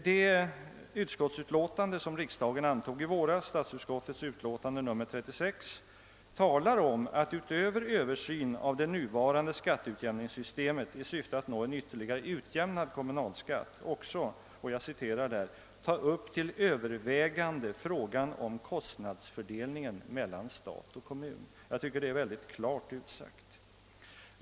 I det av riksdagen antagna utskottsutlåtandet — statsutskottets utlåtande nr 36 — talas om att man utöver översyn av det nuvarande skatteutjämningssystemet i syfte att nå en ytterligare utjämnad kommunalskatt också skall ta upp till övervägande »frågan om kostnadsfördelningen mellan stat och kommun«. Jag tycker att detta är ett mycket klart uttalande.